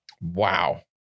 Wow